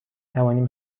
توانیم